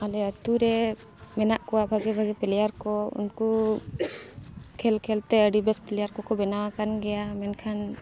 ᱟᱞᱮ ᱟᱛᱳᱨᱮ ᱢᱮᱱᱟᱜ ᱠᱚᱣᱟ ᱵᱷᱟᱹᱜᱤ ᱵᱷᱟᱹᱜᱤ ᱯᱞᱮᱭᱟᱨ ᱠᱚ ᱩᱱᱠᱩ ᱠᱷᱮᱞ ᱠᱷᱮᱞ ᱛᱮ ᱟᱹᱰᱤ ᱵᱮᱥ ᱯᱞᱮᱭᱟᱨ ᱠᱚᱠᱚ ᱵᱮᱱᱟᱣ ᱟᱠᱟᱱ ᱜᱮᱭᱟ ᱢᱮᱱᱠᱷᱟᱱ